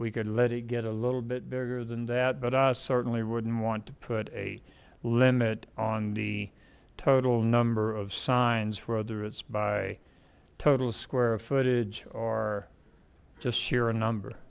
we could let it get a little bit bigger than that but i certainly wouldn't want to put a limit on the total number of signs for other it's by total square footage or just sheer number